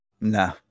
no